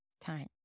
time